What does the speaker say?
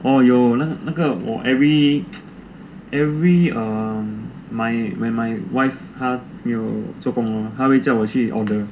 哦有那个我 every every um my when my wife 有做 lor 她会叫我去 order